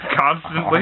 Constantly